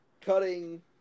cutting